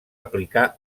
aplicar